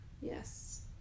Yes